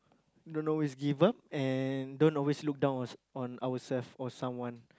don't always give up and don't always look down on on ourselves or someone